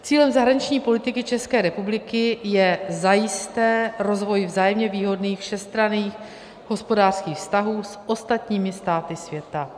Cílem zahraniční politiky České republiky je zajisté rozvoj vzájemně výhodných všestranných hospodářských vztahů s ostatními státy světa.